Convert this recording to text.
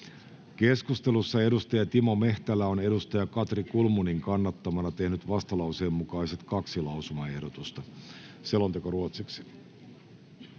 Keskustelussa Timo Mehtälä on Katri Kulmunin kannattamana tehnyt vastalauseen mukaiset kaksi lausumaehdotusta. Toiseen käsittelyyn